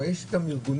הרי יש גם ארגונים,